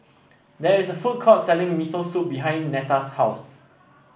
there is a food court selling Miso Soup behind Netta's house